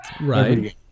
right